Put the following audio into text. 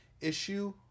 issue